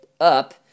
up